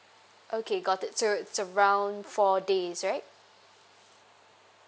okay got it so it's around four days right